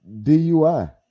dui